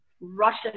Russian